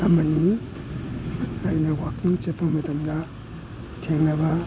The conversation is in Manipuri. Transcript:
ꯑꯃꯅꯤ ꯑꯩꯅ ꯋꯥꯛꯀꯤꯡ ꯆꯠꯄ ꯃꯇꯝꯗ ꯊꯦꯡꯅꯕ